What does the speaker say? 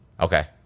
okay